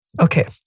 Okay